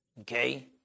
okay